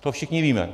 To všichni víme.